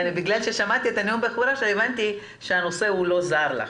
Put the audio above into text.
ששמעתי את נאום הבכורה שלך הבנתי שהנושא לא זר לך.